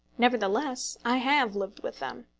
nevertheless i have lived with them.